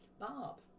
Bob